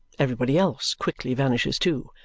everybody else quickly vanishes too.